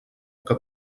que